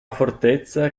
fortezza